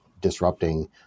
disrupting